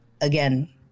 again